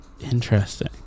Interesting